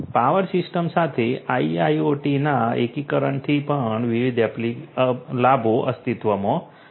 power system સાથે IIoT ના એકીકરણથી ઘણા વિવિધ લાભો અસ્તિત્વમાં છે